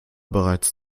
bereits